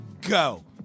go